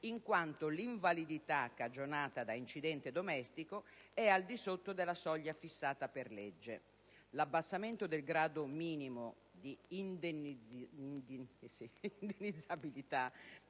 in quanto l'invalidità cagionata da incidente domestico è al di sotto della soglia fissata per legge. L'abbassamento del grado minimo di indennizzabilità